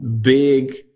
big